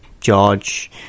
George